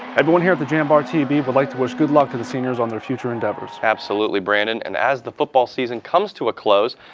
everyone here at the jambar tv would but like to wish good luck to the seniors on their future endeavors. absolutely, brandon, and as the football season comes to a close,